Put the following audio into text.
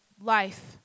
life